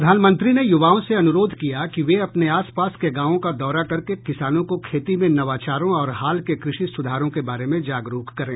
प्रधानमंत्री ने युवाओं से अनुरोध किया कि वे अपने आसपास के गांवों का दौरा करके किसानों को खेती में नवाचारों और हाल के कृषि सुधारों के बारे में जागरूक करें